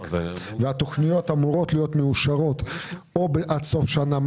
התכניות אמורות להיות מאושרות עד סוף השנה,